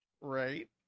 Right